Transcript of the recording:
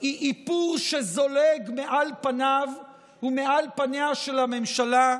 היא איפור שזולג מעל פניו ומעל פניה של הממשלה.